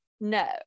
No